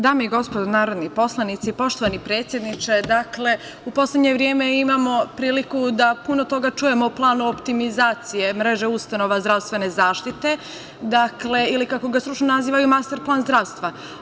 Dame i gospodo narodni poslanici, poštovani predsedniče, dakle, u poslednje vreme imamo priliku da puno toga čujemo o planu optimizacije mreže ustanova zdravstvene zaštite ili kako ga stručno nazivaju – master plan zdravstva.